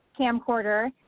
camcorder